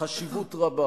חשיבות רבה